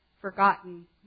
forgotten